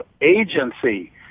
agency